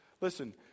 listen